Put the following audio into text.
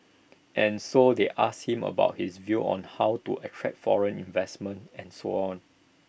and so they asked him about his views on how to attract foreign investment and so on